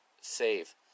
save